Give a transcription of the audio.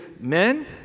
men